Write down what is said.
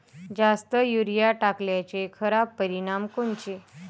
जास्त युरीया टाकल्याचे खराब परिनाम कोनचे?